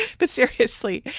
but seriously,